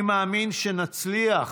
אני מאמין שנצליח